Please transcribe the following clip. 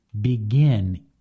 begin